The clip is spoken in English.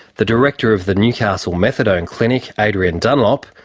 the director of the newcastle methadone clinic, adrian dunlop,